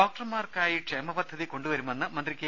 ഡോക്ടർമാർക്കായി ക്ഷേമപദ്ധതി കൊണ്ടുവരുമെന്ന് മന്ത്രി കെ